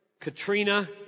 Katrina